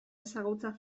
ezagutza